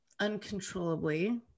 uncontrollably